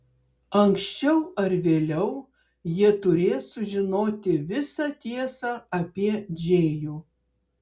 anksčiau ar vėliau jie turės sužinoti visą tiesą apie džėjų